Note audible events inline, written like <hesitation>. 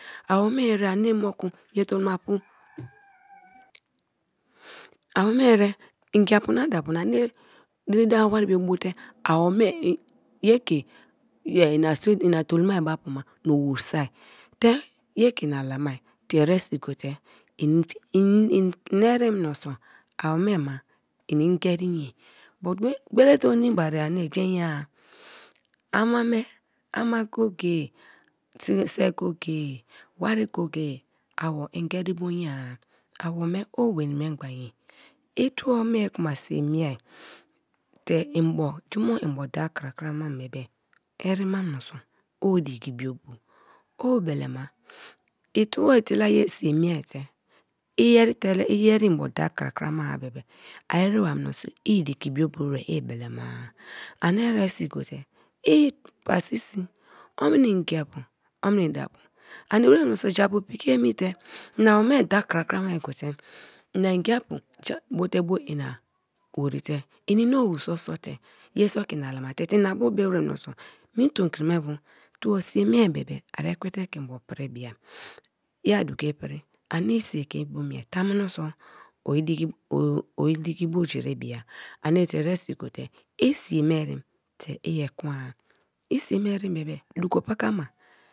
Awome ere ani mokia yetolomapu <noise> awome ere ngiapu na daapu na ani diri dawo wari me bote awome yeke ina tolomabe apu mana owu sote ye keinala mai tie eresi gote ini erem menso awome ma ini ngeri ye gote ini erem meso awome ma ini ngeri ye but gberi gberite o ninic bari ye aric jen ye ama me ama go-go ye se go-go-e wari go- go-e wari go- go e ewo ngeri bo nye a, awo me o weni mengba ye. l tuo me kuma sii miete jubo juma mbo diaa kra krakrama bebe erema menso o dikibiobu, obelema itue etela yesii mie te iyeri tele iyeri mbo daa krakra ma-a bebe ariba menso iidikibiobu wra iibelema-a ani eresi gote i pasisi omni ngiapu omni daapu ani wra men so japu piki emite ini aweme da kra krama gote inangiapu <unintelligible> bo te bo ina worite, ini na bu be wra meso mi tomkri be tuo sii miem bebe ari ekwen te ke mbo pri be ai, ya doku pri ani i sie ke mbu mie tamuno so o <hesitation> dikibujiri biai ani tie eresi gote i sii me erem bebe doku pakama.